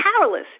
Powerless